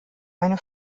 eine